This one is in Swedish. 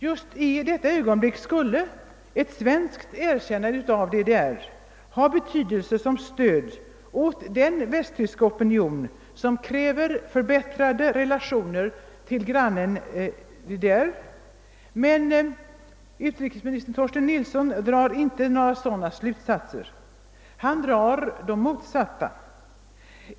Just i detta ögonblick skulle ett svenskt erkännande av DDR ha betydelse som stöd åt den västtyska opinion som kräver förbättrade relationer till grannen DDR. Men utrikesminister Torsten Nilsson drar inte några sådana slutsatser utan de motsatta.